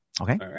Okay